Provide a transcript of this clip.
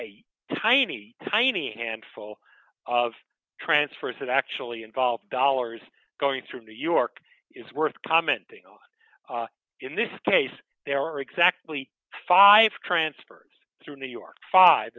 a tiny tiny handful of transfers that actually involved dollars going through new york is worth commenting on in this case there are exactly five transfers through new york five